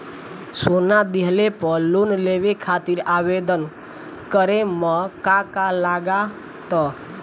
सोना दिहले पर लोन लेवे खातिर आवेदन करे म का का लगा तऽ?